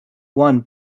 won